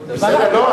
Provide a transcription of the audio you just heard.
לא,